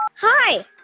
Hi